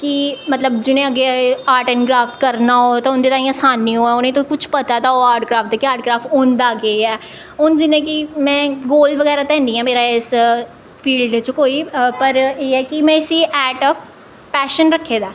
कि मतलब जि'नें अग्गें आर्ट ऐंड क्राफ्ट करना होए ते उं'दे ताईं असानी होए उ'नें गी ते कुछ पता ते होऐ आर्ट क्राफ्ट ते केह् आर्ट क्राफ्ट होंदा केह् ऐ हून जि'यां कि में गोल बगैरा ते हैन्नी ऐ मेरा इस फील्ड च कोई पर एह् ऐ कि में इस्सी ऐट ए पैशन रक्खे दा ऐ